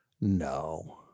No